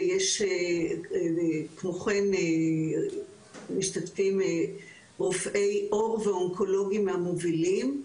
ויש כמו כן משתתפים רופאי עור ואונקולוגים מהמובילים.